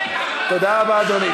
תודה רבה, אדוני.